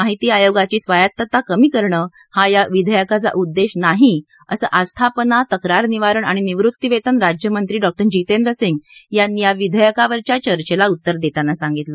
माहिती आयोगाची स्वायत्तता कमी करणं हा या विधेयकाचा उद्देश नाही असं आस्थापना तक्रारनिवारण आणि निवृत्तीवेतन राज्यमंत्री डॉ जितेंद्र सिंग यांनी या विधेयकावरच्या चर्चेला उत्तर देताना सांगितलं